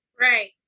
Right